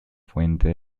fuente